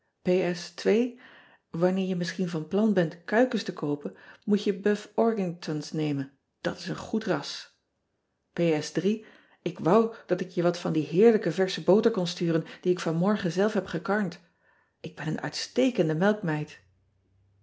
anneer je mischien van plan bent kuikens te koopen moet je uff rghingtons nemen at is een goed ras k wou dat ik je wat van die heerlijke versche boter kon sturen die ik van morgen zelf heb gekarnd k ben een uitstekende melkmeid